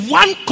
one